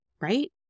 right